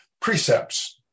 precepts